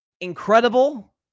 incredible